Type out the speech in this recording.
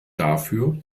dafür